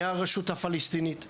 מהרשות הפלסטינית.